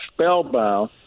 spellbound